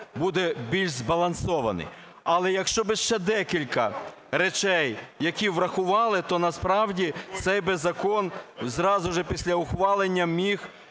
буде більш збалансований. Але якщо би ще декілька речей, які врахували, то насправді цей би закон зразу ж після ухвалення міг